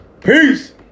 Peace